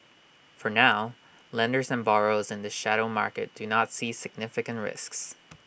for now lenders and borrowers and the shadow market do not see significant risks